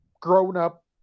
grown-up